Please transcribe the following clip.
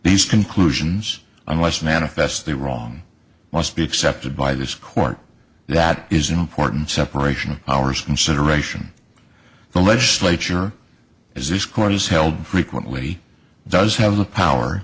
these conclusions unless manifestly wrong must be accepted by this court that is important separation of powers consideration the legislature is this court is held frequently does have the power